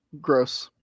gross